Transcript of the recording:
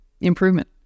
improvement